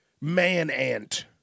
Man-Ant